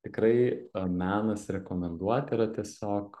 tikrai menas rekomenduoti yra tiesiog